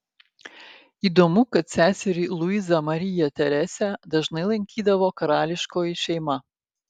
įdomu kad seserį luizą mariją teresę dažnai lankydavo karališkoji šeima